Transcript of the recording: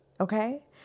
Okay